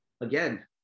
again